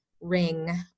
ring